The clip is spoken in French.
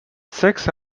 sexe